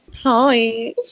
Hi